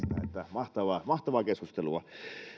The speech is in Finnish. mahtavaa mahtavaa keskustelua